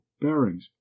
bearings